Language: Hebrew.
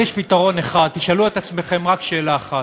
יש פתרון אחד, תשאלו את עצמכם רק שאלה אחת: